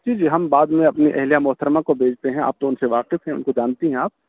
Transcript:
جی جی ہم بعد میں اپنی اہلیہ محترمہ کو بھیجتے ہیں آپ تو ان سے واقف ہیں ان کو جانتی ہیں آپ